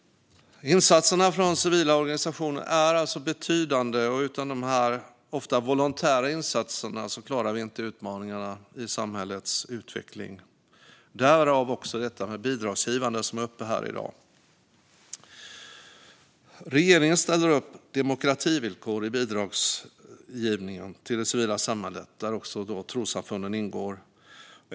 Insatserna från civila organisationer är betydande, och utan dessa - ofta volontära - insatser klarar vi inte utmaningarna i samhällets utveckling. Därför behövs det bidragsgivande som tas upp här i dag. Regeringen ställer upp demokrativillkor i bidragsgivningen till det civila samhället, där alltså även trossamfunden ingår.